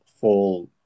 full